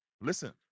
listen